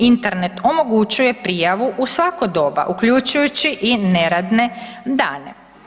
Internet omogućuje prijavu u svako doba uključujući i neradne dane.